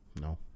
No